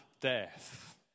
death